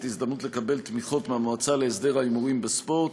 הזדמנות לקבל תמיכות מהמועצה להסדר ההימורים בספורט,